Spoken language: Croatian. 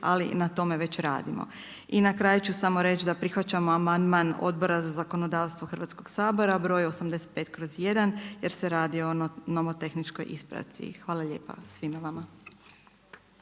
od zahtjeva. Na kraju ću još samo reći prihvaćamo amandman Odbora za zakonodavstvo Hrvatskog sabora br. 84/1 jer se radi o novo-tehničkoj ispravci. Hvala vam lijepa.